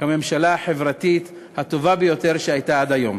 כממשלה החברתית הטובה ביותר שהייתה עד היום.